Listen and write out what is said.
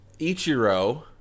Ichiro